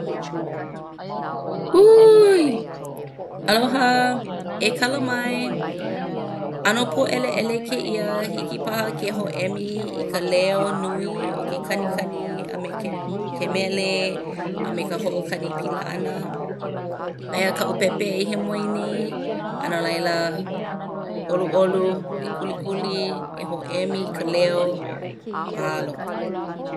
Huiiiii! Aloha e kala mai ʻano pōʻeleʻele kēia hiki paha ke hōʻemi i ka leo nui o ke kanikani a me ke mele a me ka hoʻokani pila ʻana. Aia kaʻu pēpē e hiamoe nei a no laila ʻoluʻolu e kulikuli e hōʻemi i ka leo mahalo!